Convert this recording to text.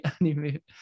anime